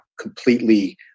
completely